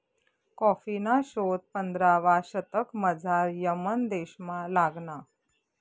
कॉफीना शोध पंधरावा शतकमझाऱ यमन देशमा लागना